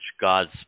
God's